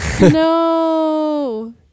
no